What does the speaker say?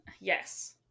Yes